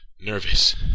Nervous